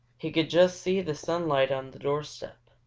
he could just see the sunlight on the doorstep.